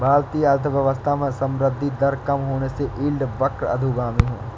भारतीय अर्थव्यवस्था में संवृद्धि दर कम होने से यील्ड वक्र अधोगामी है